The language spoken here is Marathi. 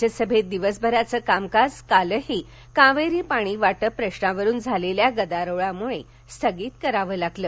राज्यसभेत दिवसभराचं कामकाज कालही कावेरी पाणीवाटप प्रश्नावरून झालेल्या गदारोळामुळे स्थगित करावं लागलं